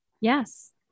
Yes